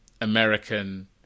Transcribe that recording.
american